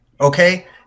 Okay